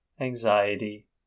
anxiety